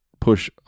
push